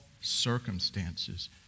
circumstances